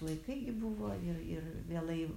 laikai gi buvo ir ir vėlai